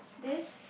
this